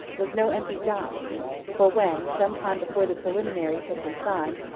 was no empty gibe for when, some time before the preliminaries had been signed,